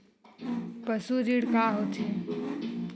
पशु ऋण का होथे?